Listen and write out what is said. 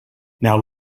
now